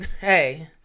Hey